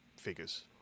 figures